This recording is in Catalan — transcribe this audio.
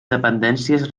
dependències